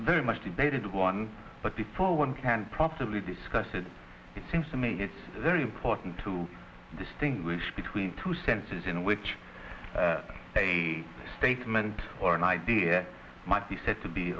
very much debated one but before one can profitably discuss it it seems to me it's very important to distinguish between two senses in which a statement or an idea might be said to be